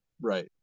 right